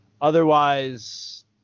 otherwise